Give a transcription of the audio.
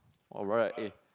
alright eh